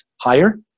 higher